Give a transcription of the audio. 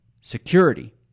security